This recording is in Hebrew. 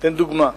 אתן דוגמה: